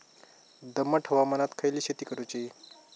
दमट हवामानात खयली शेती करूची?